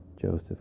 Joseph